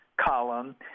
column